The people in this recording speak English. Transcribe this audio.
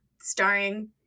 starring